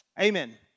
Amen